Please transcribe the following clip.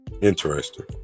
Interesting